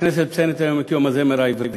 הכנסת מציינת היום את יום הזמר העברי.